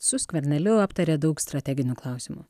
su skverneliu aptarė daug strateginių klausimų